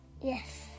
Yes